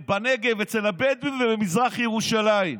בנגב, אצל הבדואים, ובמזרח ירושלים.